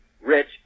rich